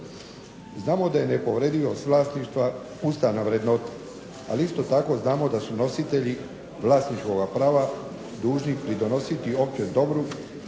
Znamo da je nepovredivost vlasništva ustavna vrednota, ali isto tako znamo da su nositelji vlasničkoga prava dužni pridonositi općem dobru